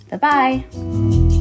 bye-bye